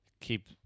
keep –